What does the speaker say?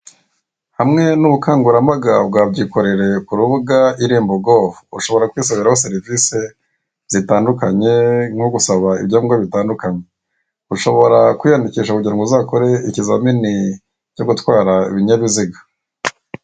Hamwe n'ubukangurambaga bwa Byikorere ku rubuga irembo.gov, ushobora kwisabiraho serivise zitandukanye, nko gusaba ibyangombwa bitandukanye, ushobora kwiyandikisha kugira ngo uzakore ikizamini cyo gutwara ibinyabiziga.